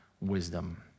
wisdom